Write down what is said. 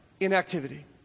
inactivity